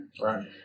right